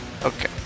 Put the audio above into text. okay